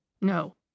No